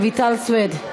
חברת הכנסת רויטל סויד,